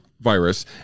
virus